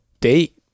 date